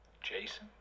Jason